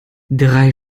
drei